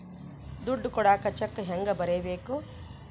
ದುಡ್ಡು ಕೊಡಾಕ ಚೆಕ್ ಹೆಂಗ ಬರೇಬೇಕು?